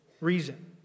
reason